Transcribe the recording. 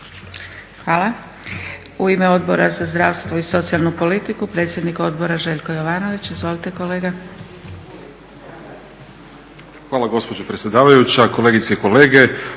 Hvala. U ime Odbora za zdravstvo i socijalnu politiku predsjednik odbora Željko Jovanović. Izvolite kolega. **Jovanović, Željko (SDP)** Hvala gospođo predsjedavajuća. Kolegice i kolege.